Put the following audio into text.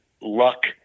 luck